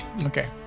Okay